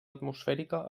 atmosfèrica